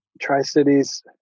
Tri-Cities